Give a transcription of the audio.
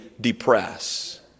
depress